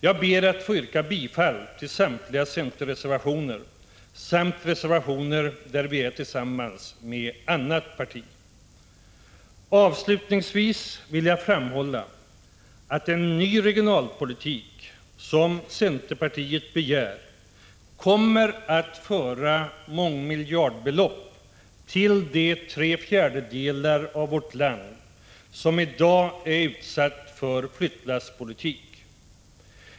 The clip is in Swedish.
Jag ber att få yrka bifall till samtliga centerreservationer samt de reservationer där vi är tillsammans med annat parti. Avslutningsvis vill jag framhålla att en ny regionalpolitik som centerpartiet begär kommer att föra mångmiljardbelopp till de tre fjärdedelar av vårt land som i dag är utsatta för flyttlasspolitik.